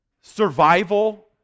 survival